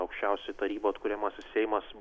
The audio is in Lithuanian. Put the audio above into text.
aukščiausioji taryba atkuriamasis seimas